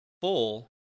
full